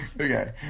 Okay